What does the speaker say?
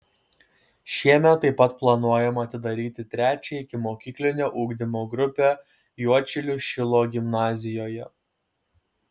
šiemet taip pat planuojama atidaryti trečią ikimokyklinio ugdymo grupę juodšilių šilo gimnazijoje